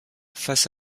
face